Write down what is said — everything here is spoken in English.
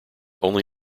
only